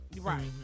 Right